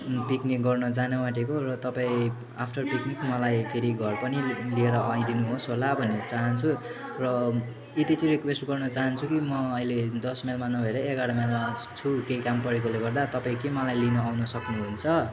picnic गर्न जान आँटेको र तपाईँ आफ्टर पिकनिक मलाई फेरि घर पनि लिएर आइदिनुहोस् होला भन्न चहान्छु र यति चाहिँ रिक्वेस्ट गर्न चहान्छु कि म अहिले दस माइलमा नभएर एघार माइलमा छु केही काम परेकोले गर्दा तपाईँ के मलाई लिन आउन सक्नुहुन्छ